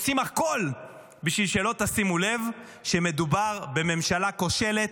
עושים הכול בשביל שלא תשימו לב שמדובר בממשלה כושלת,